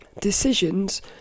decisions